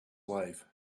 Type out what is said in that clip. life